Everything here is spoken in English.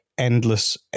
endless